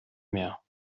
mehr